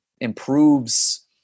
improves